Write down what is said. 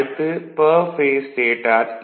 அடுத்து per phase stator ஈ